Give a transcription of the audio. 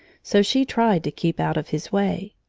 so she tried to keep out of his way.